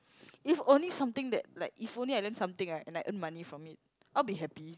if only something that like if only I learn something right and I earned money from it I'll be happy